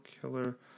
killer